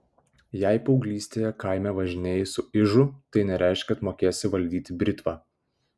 jei paauglystėje kaime važinėjai su ižu tai nereiškia kad mokėsi valdyti britvą